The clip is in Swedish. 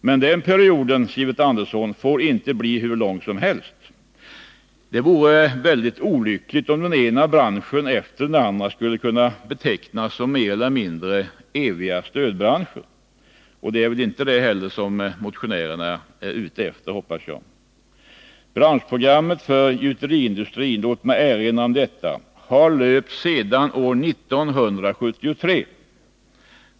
Men den perioden, Sivert Andersson, får inte bli hur lång som helst. Det vore väldigt olyckligt om den ena branschen efter den andra skulle kunna betecknas mer eller mindre som en evig stödbransch. Det är väl inte heller det som motionärerna är ute efter, hoppas jag. Branschprogrammet för gjuteriindustrin — låt mig erinra om detta — har löpt sedan år 1973.